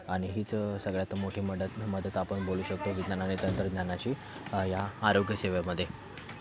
आणि हीच सगळ्यात मोठी मडत मदत आपण बोलू शकतो विज्ञान आणि तंत्रज्ञानाची ह्या आरोग्य सेवेमध्ये